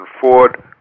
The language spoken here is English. Ford